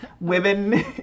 women